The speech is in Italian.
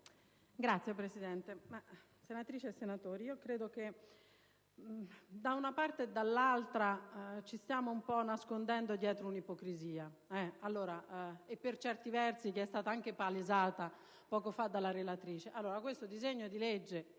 Signora Presidente, senatrici e senatori, credo che da una parte e dall'altra ci stiamo nascondendo dietro l'ipocrisia, che per certi versi è stata anche palesata poco fa dalla relatrice. Questo disegno di legge,